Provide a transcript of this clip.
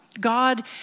God